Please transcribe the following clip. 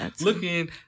Looking